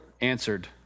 answered